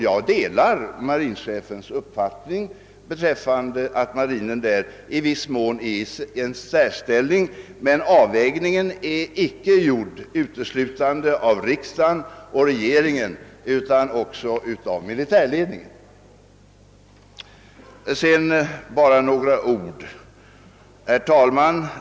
Jag de lar marinchefens uppfattning att marinen därvidlag har en viss särställning. Denna avvägning är emellertid icke gjord uteslutande av riksdagen och regeringen utan också av militärledningen. I övrigt bara några ytterligare ord, herr talman!